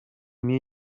mir